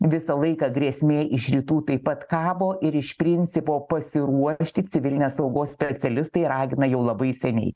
visą laiką grėsmė iš rytų taip pat kabo ir iš principo pasiruošti civilinės saugos specialistai ragina jau labai seniai